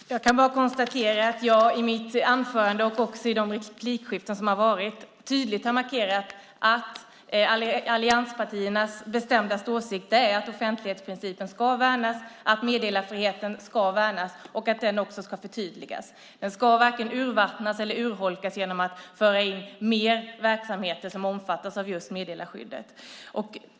Fru talman! Jag kan bara konstatera att jag i mitt anförande och i replikerna tydligt har markerat att allianspartiernas bestämda åsikt är att offentlighetsprincipen ska värnas, att meddelarfriheten ska värnas och också ska förtydligas. Den ska inte vare sig urvattnas eller urholkas genom att man för in mer verksamheter som omfattas av just meddelarskyddet.